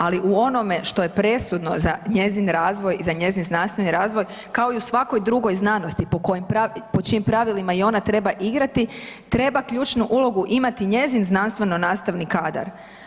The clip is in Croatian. Ali u onome što je presudno za njezin razvoj i za njezin znanstveni razvoj kao i u svakoj drugoj znanosti po kojim, po čijim pravilima i ona treba igrati treba ključnu ulogu imati njezin znanstveno nastavni kadar.